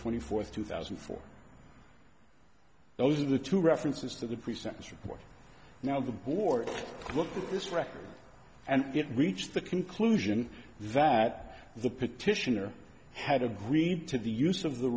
twenty fourth two thousand and four those of the two references to the pre sentence report now the board looked at this record and it reached the conclusion that the petitioner had agreed to the use of the